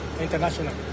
international